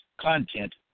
content